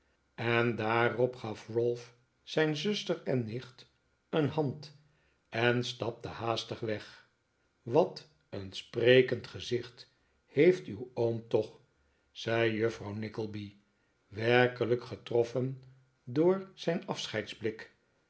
en daarop gaf ralph zijn zuster en nicht een hand en stapte haastig weg wat een sprekend gezicht heeft uw oom toch zei juffrouw nickleby werkelijk getroffen door zijn